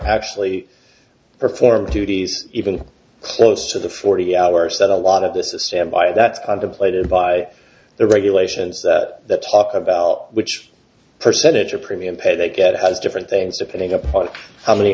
actually perform two days even close to the forty hours that a lot of this is standby that's contemplated by the regulations that talk about which percentage of premium pay they get has different things depending upon how many